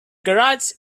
garage